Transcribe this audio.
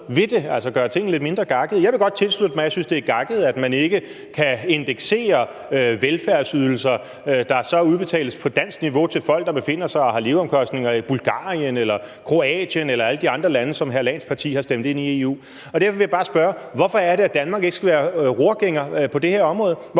altså gøre tingene lidt mindre gakkede. Jeg vil godt tilslutte mig, at jeg synes, det er gakket, at man ikke kan indeksere velfærdsydelser, der udbetales på dansk niveau til folk, der befinder sig i og har leveomkostninger i Bulgarien eller Kroatien eller alle de andre lande, som hr. Leif Lahn Jensens parti har stemt ind i EU. Derfor vil jeg bare spørge om noget: Hvorfor skal Danmark ikke være rorgænger på det her område, hvorfor